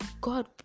God